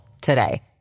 today